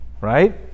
right